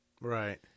Right